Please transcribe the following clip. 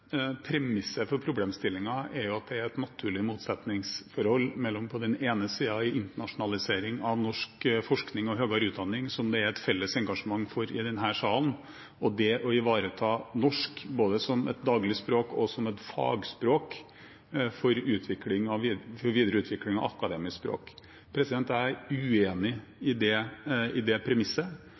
Premisset for problemstillingen er at det er et naturlig motsetningsforhold mellom på den ene siden internasjonalisering av norsk forskning og høyere utdanning, som det er et felles engasjement for i denne salen, og det å ivareta norsk både som et dagligspråk og som et fagspråk for videreutvikling av akademisk språk. Jeg er uenig i det premisset. Jeg mener det